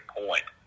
point